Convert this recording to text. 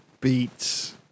beats